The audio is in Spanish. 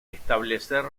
establecer